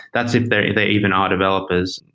that's if they they even are developers.